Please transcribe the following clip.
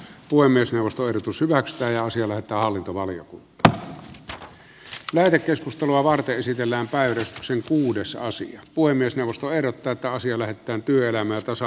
voi myös nostoehdotus hyväksytään ja sille että hallintovaliokunta ja lähetekeskustelua varten esitellään päivystyksen kuudessa asin puhemiesneuvosto ehdottaa että asia lähetetään työelämä ja tasa